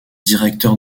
directeur